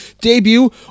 debut